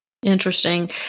Interesting